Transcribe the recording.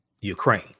Ukraine